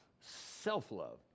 self-love